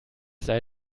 sei